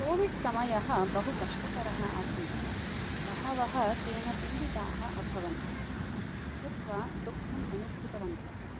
COVID समयः बहु कष्टकरः आसीत् बहवः तेन पीडिताः अभवन् श्रुत्त्वा दःखम् अनुभूतवन्तः